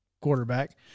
quarterback